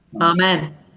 Amen